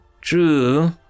True